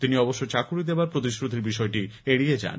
তিনি অবশ্য চাকরী দেওয়ার প্রতিশ্রুতির বিষয়টি এড়িয়ে যান